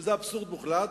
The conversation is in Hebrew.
שזה אבסורד מוחלט,